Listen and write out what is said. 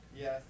Yes